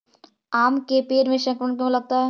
आम के पेड़ में संक्रमण क्यों लगता है?